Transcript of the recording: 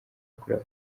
yakorewe